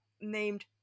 named